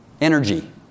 Energy